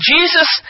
Jesus